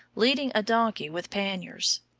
leading a donkey with panniers.